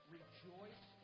rejoice